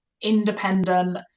independent